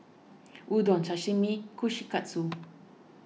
Udon Sashimi Kushikatsu